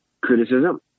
criticism